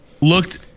looked